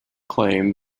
claim